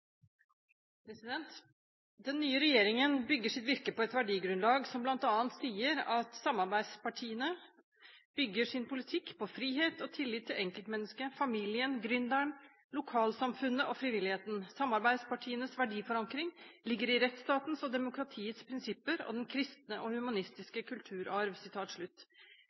Den nye regjeringen bygger sitt virke på et verdigrunnlag som bl.a. sier at samarbeidspartiene bygger sin politikk på frihet og tillit til enkeltmennesket, familien, gründeren, lokalsamfunnet og frivilligheten, og at samarbeidspartienes verdiforankring ligger i rettsstatens og demokratiets prinsipper, og den kristne og humanistiske kulturarv.